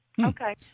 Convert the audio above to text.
Okay